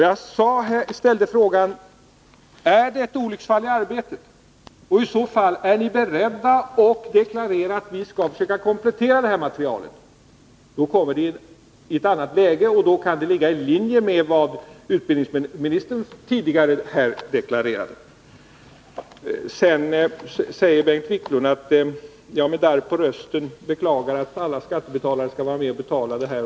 Jag ställde frågan: Är det ett olycksfall i arbetet? Och i så fall: Är ni beredda att deklarera att ni skall försöka komplettera detta material? Då kommer det i ett annat läge, och då kan det ligga i linje med vad utbildningsministern tidigare har deklarerat. Sedan säger Bengt Wiklund att jag med darr på rösten beklagade att alla skattebetalare skall vara med och betala detta.